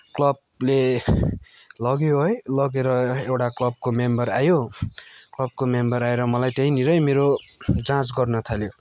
क्लबले लग्यो है लगेर एउटा क्लबको मेम्बर आयो क्लबको मेम्बर आएर मलाई त्यहीँनिरै मेरो जाँच गर्न थाल्यो